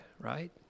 right